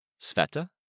Sveta